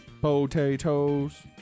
Potatoes